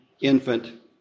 infant